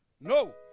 No